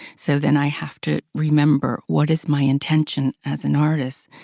so then i have to remember, what is my intention as an artist?